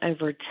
over